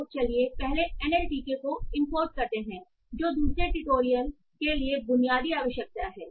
तो चलिए पहले NLTK को इंपोर्ट करते हैं जो दूसरे ट्यूटोरियल के लिए बुनियादी आवश्यकता है